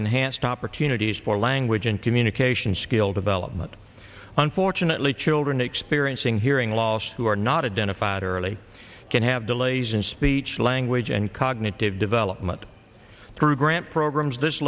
enhanced opportunities for language and communication skill development unfortunately children experiencing hearing loss who are not identified early can have delays in speech language and cognitive development through grant programs this